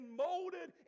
molded